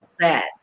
sad